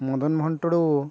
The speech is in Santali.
ᱢᱚᱫᱚᱱ ᱢᱳᱦᱚᱱ ᱴᱩᱰᱩ